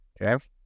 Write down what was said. okay